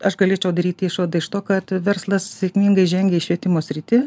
aš galėčiau daryti išvadą iš to kad verslas sėkmingai žengia į švietimo sritį